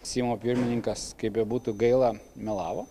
seimo pirmininkas kaip bebūtų gaila melavo